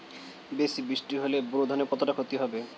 বেশি বৃষ্টি হলে বোরো ধানের কতটা খতি হবে?